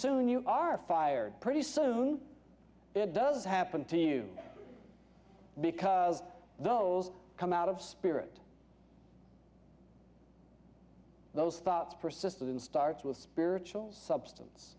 soon you are fired pretty soon it does happen to you because those come out of spirit those thoughts persist in starts with spiritual substance